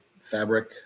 Fabric